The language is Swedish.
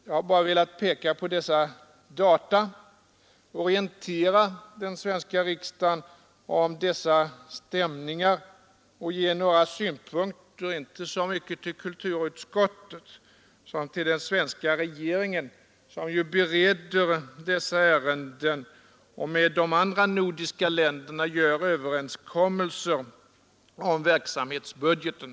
Jag har bara velat peka på dessa data och orientera den svenska riksdagen om dessa stämningar samt ge några synpunkter inte så mycket till kulturutskottet som till den svenska regeringen, som ju bereder de här ärendena och med de andra nordiska länderna gör överenskommelser om verksamhetsbudgeten.